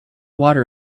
water